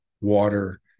water